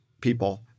people